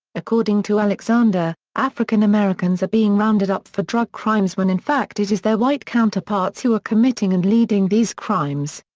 according to alexander, african americans are being rounded up for drug crimes when in fact it is their white counterparts who are committing and leading these crimes.